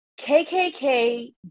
KKK